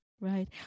Right